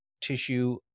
tissue